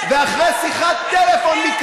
זה הציבור, חבר הכנסת זוהר.